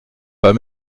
pas